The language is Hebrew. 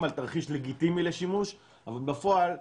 על תרחיש לגיטימי לשימוש אבל בפועל,